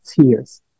tears